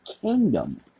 Kingdom